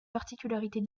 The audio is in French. particularités